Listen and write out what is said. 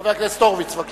חבר הכנסת הורוביץ, בבקשה.